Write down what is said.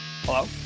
Hello